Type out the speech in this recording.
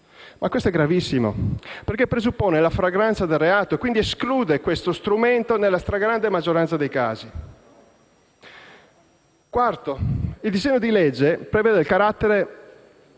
E questo è gravissimo, perché presuppone la flagranza del reato e, quindi, esclude questo strumento nella stragrande maggioranza dei casi. In quarto luogo, il disegno di legge prevede il carcere